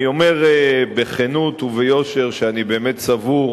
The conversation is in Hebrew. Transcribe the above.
אני אומר בכנות וביושר שאני באמת סבור